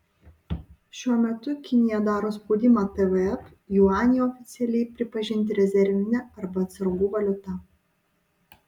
šiuo metu kinija daro spaudimą tvf juanį oficialiai pripažinti rezervine arba atsargų valiuta